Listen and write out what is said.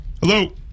Hello